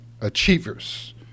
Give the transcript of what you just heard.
achievers